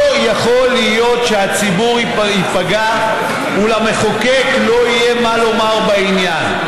לא יכול להיות שהציבור ייפגע ולמחוקק לא יהיה מה לומר בעניין.